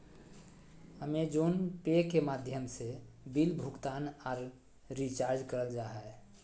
अमेज़ोने पे के माध्यम से बिल भुगतान आर रिचार्ज करल जा हय